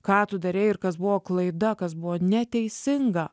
ką tu darei ir kas buvo klaida kas buvo neteisinga